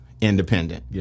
independent